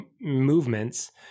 movements